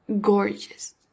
gorgeous